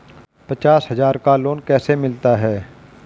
पचास हज़ार का लोन कैसे मिलता है?